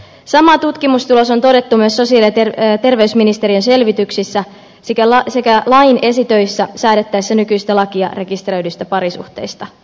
sama tutkimustulos on todettu myös sosiaali ja terveysministeriön selvityksissä sekä lain esitöissä säädettäessä nykyistä lakia rekisteröidyistä parisuhteista